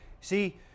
see